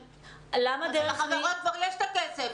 לחברות כבר יש הכסף.